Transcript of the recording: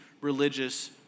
religious